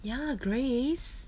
ya grace